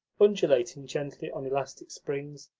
undulating gently on elastic springs,